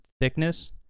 thickness